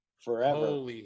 Forever